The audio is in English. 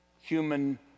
human